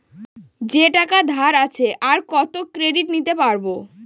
যে টাকা ধার আছে, আর কত ক্রেডিট নিতে পারবো?